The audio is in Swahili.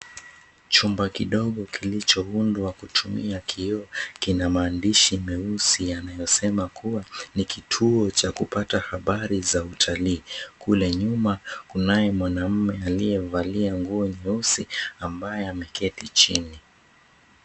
Chumba kidogo kilichoundwa kutumia kioo kina maandishi meusi yanayosema kuwa ni kituo cha kupata habari za utalii, kule nyuma kunaye mwanaume aliyevalia nguo nyeusi ambae ameketi chini.